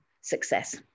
success